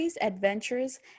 adventures